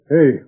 Hey